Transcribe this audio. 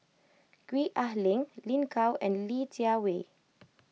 Gwee Ah Leng Lin Gao and Li Jiawei